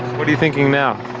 what are you thinking now?